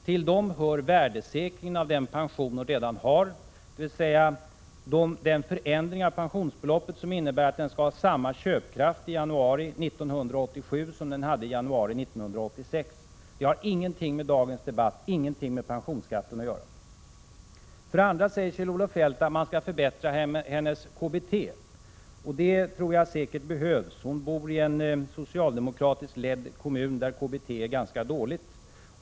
Till dem hör värdesäkring av den pension hon redan har, alltså en förändring av pensionsbeloppet som innebär att hon skall ha samma köpkraft i januari 1987 som hon hade i januari 1986. Men det har ingenting med dagens debatt och med pensionsskatten att göra. Vidare säger Kjell-Olof Feldt att man skall förbättra hennes KBT. Det tror jag säkert behövs— hon bori en socialdemokratiskt ledd kommun där KBT är ganska dåligt.